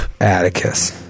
Atticus